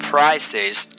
Prices